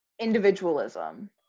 individualism